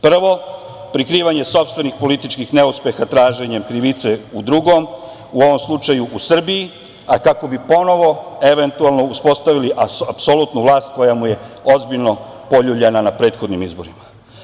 Prvo, prikrivanje sopstvenih političkih neuspeha traženjem krivice u drugom, u ovom slučaju u Srbiji, a kako bi ponovo, eventualno, uspostavili apsolutnu vlast koja mu je ozbiljno poljuljana na prethodnim izborima.